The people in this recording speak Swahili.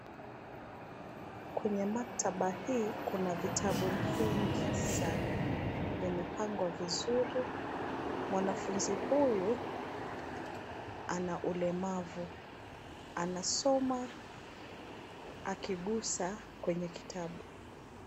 Kwenye maktaba hii kuna vitabu vingi sana, vimepangwa vizuri, mwanafunzi huyu, ana ulemavu, anasoma akigusa kwenye kitabu.